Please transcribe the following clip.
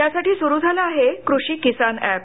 त्यासाठी सुरू झालं आहे कृषी किसान एप